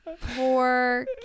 poor